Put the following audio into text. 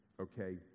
okay